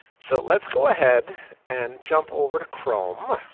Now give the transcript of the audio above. so let's go ahead and jump over to chrome,